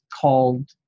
called